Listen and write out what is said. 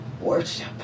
worship